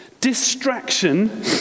Distraction